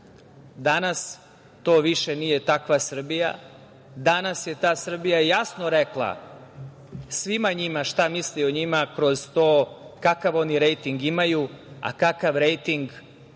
to više nije takva Srbija. Danas je ta Srbija jasno rekla svima njima šta misli o njima kroz to kakav oni rejting imaju, a kakav rejting i